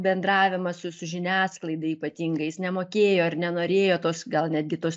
bendravimas su su žiniasklaida ypatingai jis nemokėjo ar nenorėjo tos gal netgi tos